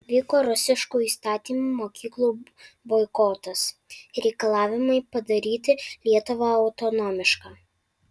vyko rusiškų įstatymų mokyklų boikotas reikalavimai padaryti lietuvą autonomišką